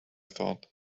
thought